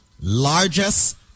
largest